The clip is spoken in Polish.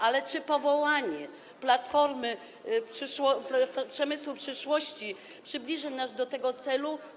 Ale czy powołanie platformy przemysłu przyszłości przybliży nas do tego celu?